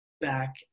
back